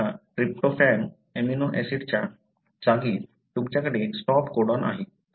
आता tryptophan amino ऍसिडच्या जागी तुमच्याकडे स्टॉप कोडॉन आहे